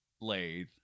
lathe